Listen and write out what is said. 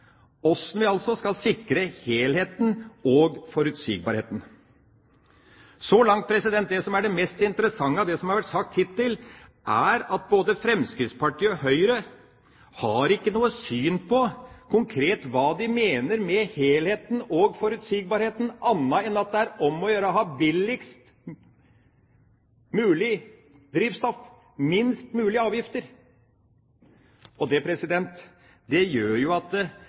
hvordan vi skal sikre helheten og forutsigbarheten. Det som er det mest interessante av det som har vært sagt hittil, er at verken Fremskrittspartiet eller Høyre har noe syn på hva de konkret mener med helheten og forutsigbarheten, annet enn at det er om å gjøre å ha billigst mulig drivstoff og minst mulig avgifter. Det gjør jo at